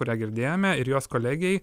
kurią girdėjome ir jos kolegei